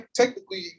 technically